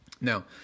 Now